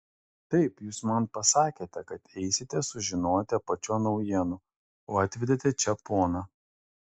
taip jūs man pasakėte kad eisite sužinoti apačion naujienų o atvedėte čia poną